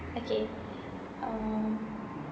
okay um